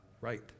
right